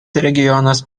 regionas